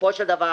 בסופו של דבר